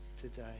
today